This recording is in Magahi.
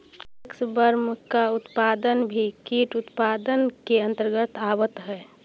वैक्सवर्म का उत्पादन भी कीट उत्पादन के अंतर्गत आवत है